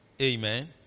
Amen